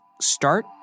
start